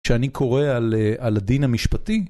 כשאני קורא על הדין המשפטי.